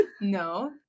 No